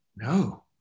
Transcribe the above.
No